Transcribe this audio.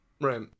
Right